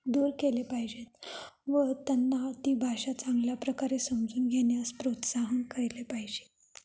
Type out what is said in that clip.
दूर केले पाहिजेत व त्यांना ती भाषा चांगल्या प्रकारे समजून घेण्यास प्रोत्साहन केले पाहिजेत